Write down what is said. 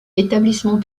établissement